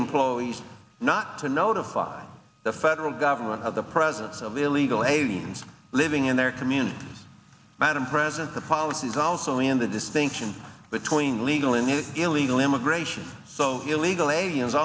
employees not to notify the federal government of the presence of illegal aliens living in their community madam president the policy is also in the distinction between legal and illegal immigration so illegal aliens